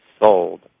sold